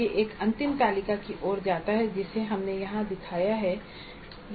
यह एक अंतिम तालिका की ओर जाता है जिसे हमने यहां दिखाया है